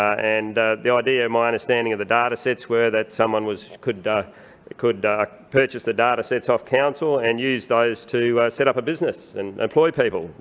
and the idea, my understanding of the data sets were that someone could and could purchase the data sets off council and use those to set up a business and employ people.